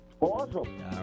Awesome